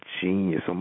genius